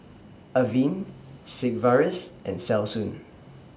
Avene Sigvaris and Selsun